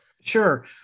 Sure